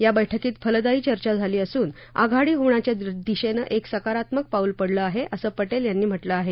या बैठकीत फलदायी चर्चा झाली असून आघाडी होण्याच्या दिशेनं एक सकारात्मक पाऊल पडलं आहे असं पटेल यांनी म्हटलं आहे